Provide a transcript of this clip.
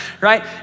right